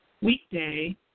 weekday